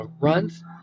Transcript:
runs